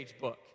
book